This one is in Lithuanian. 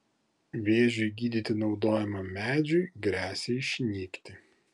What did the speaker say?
vėžiui gydyti naudojamam medžiui gresia išnykti